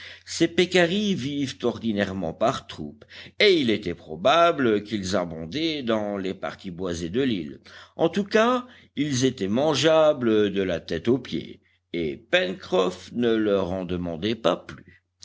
ces pécaris vivent ordinairement par troupes et il était probable qu'ils abondaient dans les parties boisées de l'île en tout cas ils étaient mangeables de la tête aux pieds et pencroff ne leur en demandait pas plus